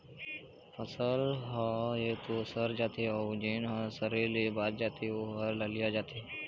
फसल ह य तो सर जाथे अउ जेन ह सरे ले बाच जाथे ओ ह ललिया जाथे